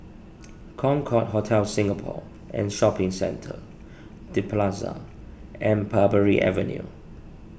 Concorde Hotel Singapore and Shopping Centre the Plaza and Parbury Avenue